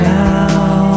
now